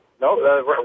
no